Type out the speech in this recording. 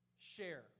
Share